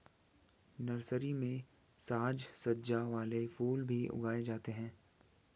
nursery में साज सज्जा वाले फूल भी उगाए जाते हैं